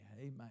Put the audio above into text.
Amen